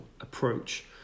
approach